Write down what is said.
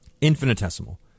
infinitesimal